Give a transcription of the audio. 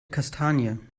kastanie